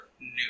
new